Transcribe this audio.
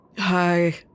Hi